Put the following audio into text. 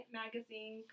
magazine